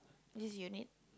this unit